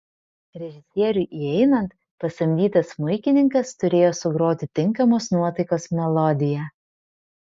režisieriui įeinant pasamdytas smuikininkas turėjo sugroti tinkamos nuotaikos melodiją